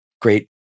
great